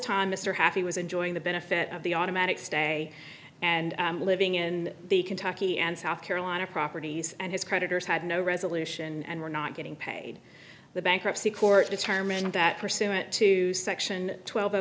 time mr happy was enjoying the benefit of the automatic stay and living in the kentucky and south carolina properties and his creditors had no resolution and were not getting paid the bankruptcy court determined that pursuant to section twelve